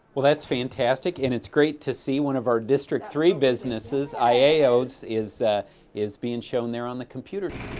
well, that's fantastic, and it's great to see one of our district three businesses, aiello's, is is being shown there on the computer.